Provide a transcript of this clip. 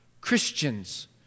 Christians